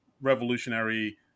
revolutionary